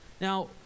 Now